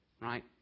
Right